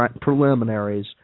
preliminaries